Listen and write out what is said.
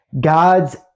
god's